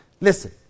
Listen